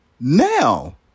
now